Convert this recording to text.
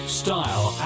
style